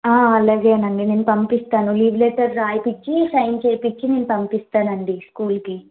ఆ అలాగేనండి నేను పంపిస్తాను లీవ్ లెటర్ రాయించి సైన్ చేయించి మీకు పంపిస్తానండి స్కూల్ కి